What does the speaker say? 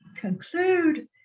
conclude